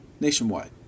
nationwide